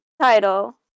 title